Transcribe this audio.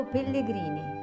Pellegrini